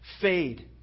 fade